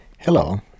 Hello